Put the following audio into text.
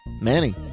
Manny